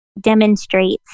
demonstrates